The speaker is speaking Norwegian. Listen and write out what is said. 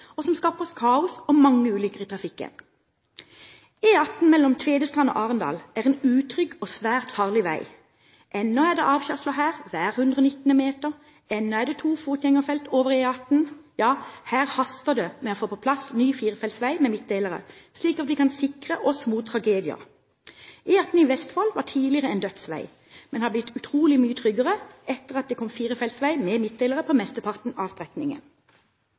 og som skaper kaos og mange ulykker i trafikken. E18 mellom Tvedestrand og Arendal er en utrygg og svært farlig vei. Ennå er det avkjørsler her hver 119. meter, ennå er det to fotgjengerfelt over E18. Ja, her haster det med å få på plass ny firefeltsvei med midtdelere, slik at vi kan sikre oss mot tragedier. E18 i Vestfold var tidligere en dødsvei, men den har blitt utrolig mye tryggere etter at det kom firefeltsvei med midtdelere på mesteparten av strekningen.